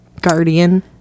guardian